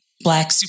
black